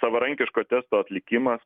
savarankiško testo atlikimas